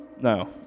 No